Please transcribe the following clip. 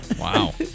Wow